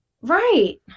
right